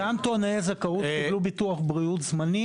גם טועני זכאות קיבלו ביטוח בריאות זמני